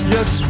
Yes